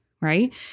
right